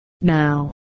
now